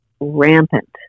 rampant